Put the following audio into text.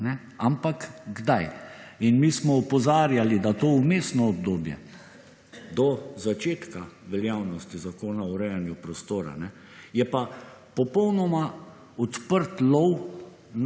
ampak kdaj. In mi smo opozarjali, da to vmesno obdobje do začetka veljavnosti zakona o urejanju prostora je pa popolnoma odprt lov